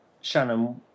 Shannon